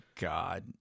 God